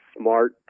Smart